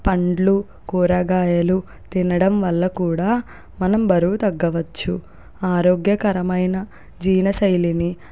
పండ్లు కూరగాయలు తినడం వల్ల కూడా మనం బరువు తగ్గవచ్చు ఆరోగ్యకరమైన జీనశైలిని